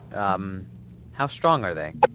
um how strong are they?